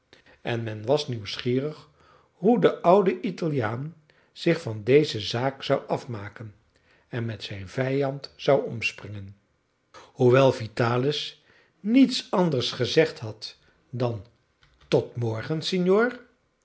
en men was nieuwsgierig hoe de oude italiaan zich van deze zaak zou afmaken en met zijn vijand zou omspringen hoewel vitalis niets anders gezegd had dan tot morgen signor